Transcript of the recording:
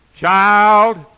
child